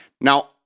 Now